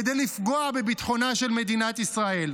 כדי לפגוע בביטחונה של מדינת ישראל.